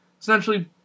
essentially